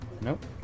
Nope